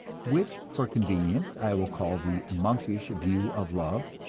which for convenience i will call the monkish view of love,